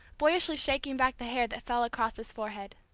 boyishly shaking back the hair that fell across his forehead.